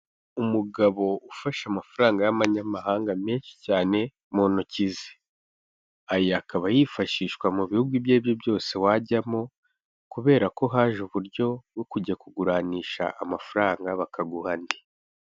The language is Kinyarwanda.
umugabo ufashe amafaranga y'amanyamahanga menshi cyane mu ntoki ze. Aya akaba yifashishwa mu bihugu ibyo ari byo byose wajyamo kubera ko haje uburyo bwo kujya kuguranisha amafaranga bakaguha andi.